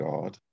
God